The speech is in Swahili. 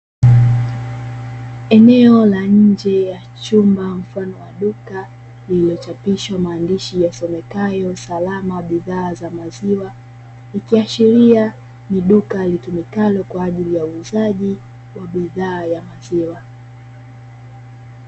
Eneo la nje ya chumba mfano wa duka lililochapishwa maandishi yasomekayo "Salama bidhaa za maziwa" ikiashiria ni duka litumikalo kwa ajili ya uuzaji wa bidhaa ya maziwa.